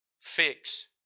fix